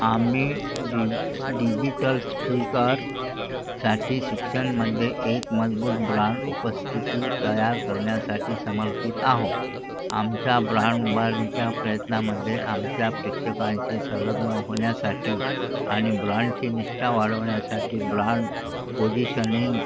आम्ही डि डिजिटलस्फीकर साठी शिक्षणामध्ये एक मजबूत ब्रांड उपस्थिती तयार करण्यासाठी समर्पित आहो आमच्या ब्रांड उभारणीच्या प्रयत्नांमध्ये आमच्या प्रेक्षकांशी संलग्न होण्यासाठी आणि ब्रांडची निष्ठा वाढवण्यासाठी ब्रांड पोजिशनिंग